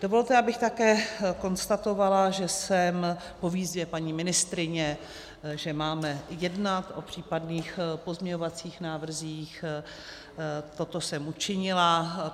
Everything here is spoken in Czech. Dovolte, abych také konstatovala, že jsem po výzvě paní ministryně, že máme jednat o případných pozměňovacích návrzích, toto učinila.